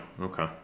Okay